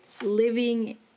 living